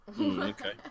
okay